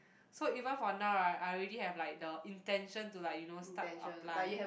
so even for now right I already have like the intention to like you know start a plant